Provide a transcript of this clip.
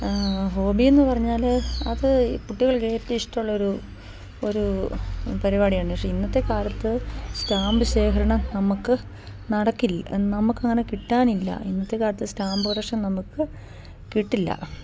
ഹോബിയെന്നു പറഞ്ഞാൽ അത് ഈ കുട്ടികൾക്കേറ്റവും ഇഷ്ടമുള്ളൊരു ഒരു പരിപാടിയാണ് ഷെ ഇന്നത്തെ കാലത്ത് സ്റ്റാമ്പ് ശേഖരണം നമുക്ക് നടക്കില്ല നമുക്കങ്ങനെ കിട്ടാനില്ല ഇന്നത്തെ കാലത്ത് സ്റ്റാമ്പ് കളക്ഷന് നമുക്ക് കിട്ടില്ല